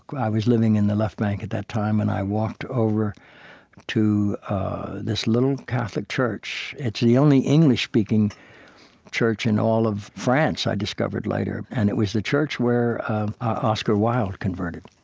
i was living in the left bank at that time, and i walked over to this little catholic church. it's the only english-speaking church in all of france, i discovered later, and it was the church where oscar wilde converted.